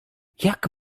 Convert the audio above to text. jak